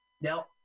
Now